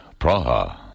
Praha